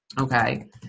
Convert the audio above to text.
Okay